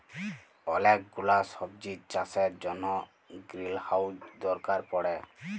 ওলেক গুলা সবজির চাষের জনহ গ্রিলহাউজ দরকার পড়ে